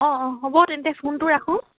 অঁ অঁ হ'ব তেন্তে ফোনটো ৰাখোঁ